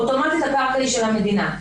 אוטומטית הקרקע היא של המדינה.